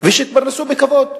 ושיתפרנסו בכבוד.